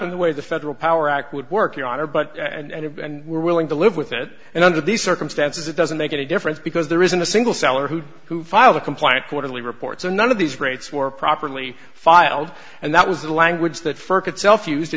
in the way the federal power act would work your honor but and we're willing to live with it and under these circumstances it doesn't make any difference because there isn't a single seller who who filed a complaint quarterly reports or none of these rates were properly filed and that was the language that first itself used a